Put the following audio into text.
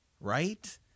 right